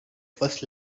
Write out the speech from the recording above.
first